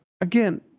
again